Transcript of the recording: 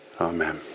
amen